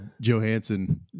Johansson